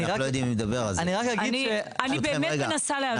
אני באמת מנסה להבין.